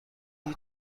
هیچ